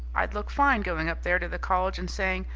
i'd look fine going up there to the college and saying,